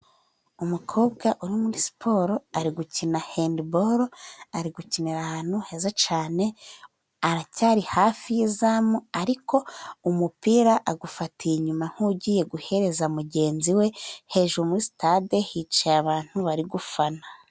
Umukobwa uri muri siporo ari gukina hendi boro, ari gukinira ahantu heza cyane, aracyari hafi y'izamu ariko umupira awufatiye inyuma nk'ugiye guhereza mugenzi we, hejuru muri sitade hicaye abantu bari gufana.